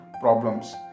problems